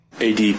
AD